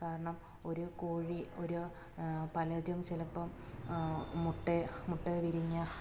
കാരണം ഒരു കോഴി ഒരു പലരും ചിലപ്പം മുട്ട മുട്ട വിരിഞ്ഞ